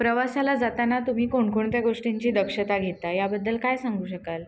प्रवासाला जाताना तुम्ही कोणकोणत्या गोष्टींची दक्षता घेता याबद्दल काय सांगू शकाल